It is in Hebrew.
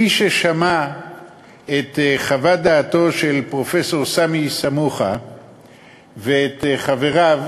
מי ששמע את חוות דעתו של פרופסור סמי סמוחה ואת חבריו,